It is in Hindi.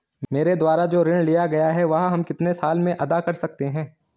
मेरे द्वारा जो ऋण लिया गया है वह हम कितने साल में अदा कर सकते हैं?